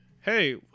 Hey